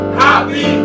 happy